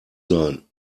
sein